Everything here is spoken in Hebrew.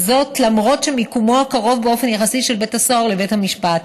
למרות מיקומו הקרוב באופן יחסי של בית הסוהר לבית המשפט.